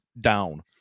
down